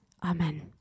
Amen